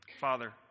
Father